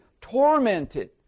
tormented